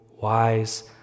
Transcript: wise